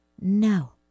No